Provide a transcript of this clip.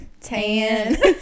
Tan